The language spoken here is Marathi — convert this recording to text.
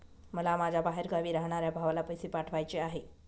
मला माझ्या बाहेरगावी राहणाऱ्या भावाला पैसे पाठवायचे आहे